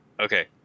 Okay